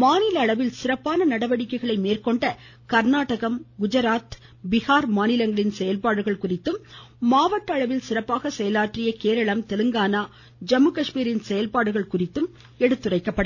மாநில அளவில் சிறப்பான நடவடிக்கைகளை மேற்கொண்ட கர்நாடகம் குஐராத் பீகார் மாநிலங்களின் செயல்பாடுகள் குறித்தும் மாவட்ட அளவில் சிறப்பாக செயலாற்றிய கேரளம் தெலங்கானா ஜம்மு காஷ்மீரின் செயல்பாடுகள் குறித்தும் எடுத்துரைக்கப்படும்